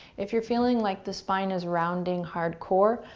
if you're feeling like the spine is rounding hardcore,